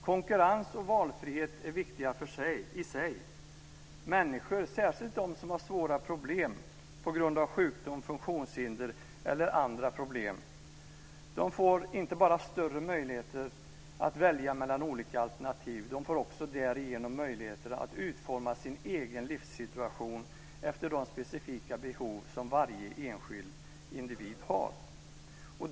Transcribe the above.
Konkurrens och valfrihet är viktiga i sig. Människor, särskilt de som har svåra problem på grund av sjukdom, funktionshinder eller annat, får inte bara större möjligheter att välja mellan olika alternativ, utan de får också därigenom möjligheter att utforma sin egen livssituation efter de specifika behov som varje enskild individ har.